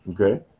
okay